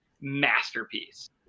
masterpiece